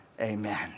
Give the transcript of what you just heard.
Amen